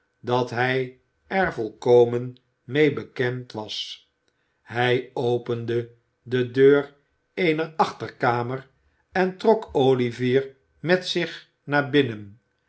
dat hij er volkomen mee bekend was hij opende de deur eener achterkamer en trok olivier met zich naar binnen